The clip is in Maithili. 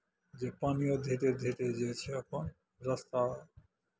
जे पानिओ धीरे धीरे जे छै अपन रास्ता